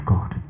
God